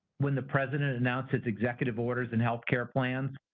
when the president announced its executive order and healthcare plans,